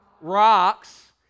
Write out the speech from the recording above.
rocks